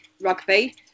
rugby